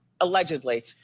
Allegedly